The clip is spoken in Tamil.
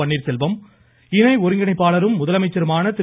பன்னீர்செல்வம் இணை ஒருங்கிணைப்பாளரும் முதலமைச்சருமான திரு